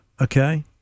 Okay